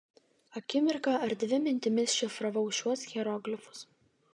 akimirką ar dvi mintimis šifravau šiuos hieroglifus